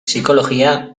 psikologia